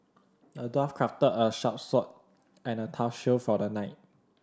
the dwarf crafted a sharp sword and a tough shield for the knight